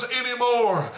anymore